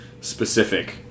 specific